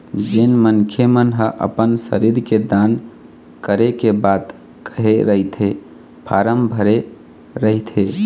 जेन मनखे मन ह अपन शरीर के दान करे के बात कहे रहिथे फारम भरे रहिथे